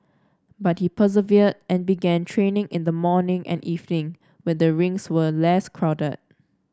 but he persevered and began training in the morning and evening when the rinks were less crowded